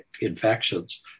infections